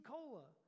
Cola